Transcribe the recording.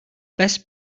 best